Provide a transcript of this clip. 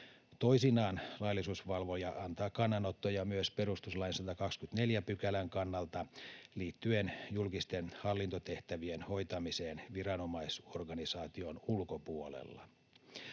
Toisinaan laillisuusvalvoja antaa kannanottoja myös perustuslain 124 §:n kannalta liittyen julkisten hallintotehtävien hoitamiseen viranomaisorganisaation ulkopuolella.